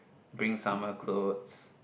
bring summer clothes